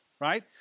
right